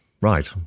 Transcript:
Right